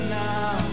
now